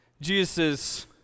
Jesus